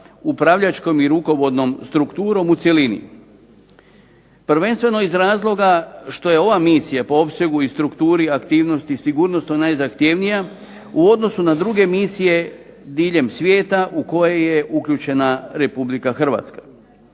upravljačkom i rukovodnom strukturom u cjelini. Prvenstveno iz razloga što je ova misija po opsegu i strukturi aktivnosti sigurnosno najzahtjevnija u odnosu na druge misije diljem svijeta u koje je uključena RH. Pri tom